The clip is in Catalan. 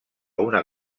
una